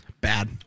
Bad